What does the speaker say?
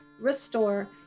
restore